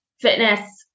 fitness